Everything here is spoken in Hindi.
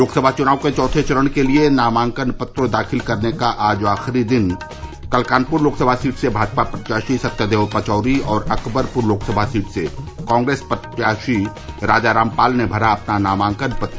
लोकसभा चुनाव के चौथे चरण के लिये नामांकन पत्र दाखिल करने का आज आखिरी दिन कल कानपुर लोकसभा सीट से भाजपा प्रत्याशी सत्यदेव पचौरी और अकबरपुर लोकसभा सीट से कांग्रेस प्रत्याशी राजाराम पाल ने भरा अपना नामांकन पत्र